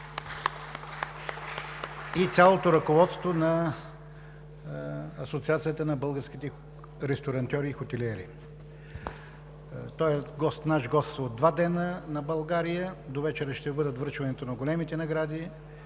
и цялото ръководство на Асоциацията на българските ресторантьори и хотелиери. Той е гост от два дни на България – довечера ще бъде връчването на големите награди,